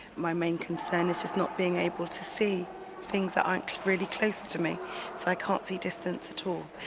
my main concern is just not being able to see things that aren't really close to me, so i can't see distance at all.